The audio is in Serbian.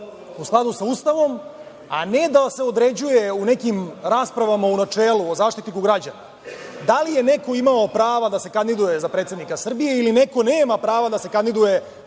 u skladu sa Ustavom, a ne da se određuje u nekim raspravama u načelu o Zaštitniku građana, da li je neko imao prava da se kandiduje za predsednika Srbije ili neko nema prava da se kandiduje